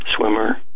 swimmer